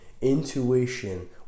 intuition